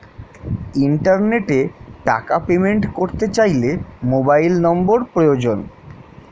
ইন্টারনেটে টাকা পেমেন্ট করতে চাইলে মোবাইল নম্বর প্রয়োজন